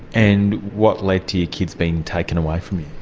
and what led to your kids being taken away from you?